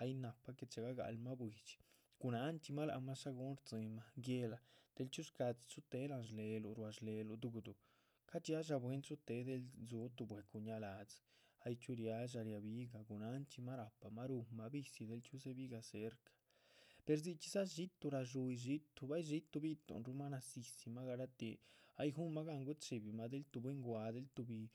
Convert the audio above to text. ay nahpa que che´ga galmah buidxi gu nanchxímah lac mah. gúhun rtzinmah guéhla del chxíu shcadzi chuhutéh láhan shléc luh dugudu ca´dxiadxa bwín chuté del dzú tuh bwecu ña'ladzi ya chxíu ria´dxa riebigha gunanchximah rahpamah. ruhunma visi, del chxíu dzebigah cerca per dzichxíza xiitu dadxúyi xiitu tuh bay xiitu bi´tuhnrumah nadzídzimah garatíh ay guhunma gáhn guchibimah del tuh bwín guah del tuhbi